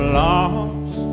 lost